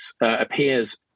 appears